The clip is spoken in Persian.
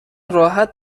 راحت